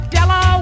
Della